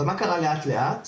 אבל מה קרה לאט, לאט,